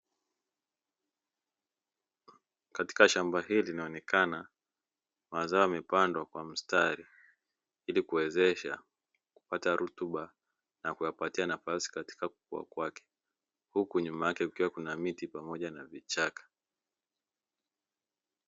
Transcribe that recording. Katika shamba hili inaonekana mazao yamepandwa kwa mistari, ili kuwezesha kupata rutuba na kuyapatia nafasi katika kukua kwake, huku nyuma yake kukiwa kuna miti pamoja na vichaka.